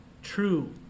True